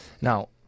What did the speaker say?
Now